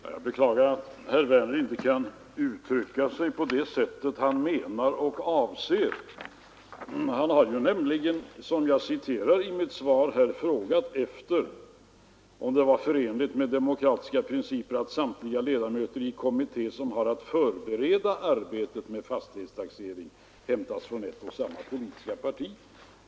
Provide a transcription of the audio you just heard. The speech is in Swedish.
Herr talman! Jag beklagar att herr Werner i Malmö inte kan uttrycka sig så som han menar och avser. Som jag citerade i mitt svar har han frågat om det är förenligt med demokratiska principer att samtliga ledamöter i en kommitté som har att förbereda arbetet med fastighets taxering hämtas från ett och samma politiska part.